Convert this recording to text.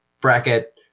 bracket